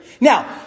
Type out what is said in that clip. Now